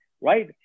right